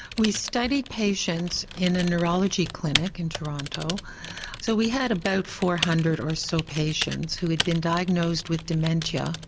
we studied patients in a neurology clinic in toronto so we had about four hundred or so patients who had been diagnosed with dementia,